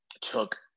took